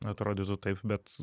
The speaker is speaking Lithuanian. atrodytų taip bet